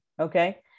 okay